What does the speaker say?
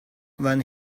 when